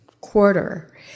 quarter